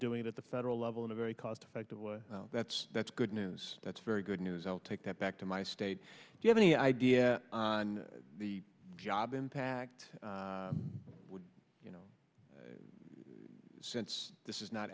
doing it at the federal level in a very cost effective way that's that's good news that's very good news i'll take that back to my state if you have any idea on the job impact would you know since this is not